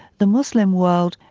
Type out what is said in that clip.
the muslim world,